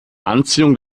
anziehung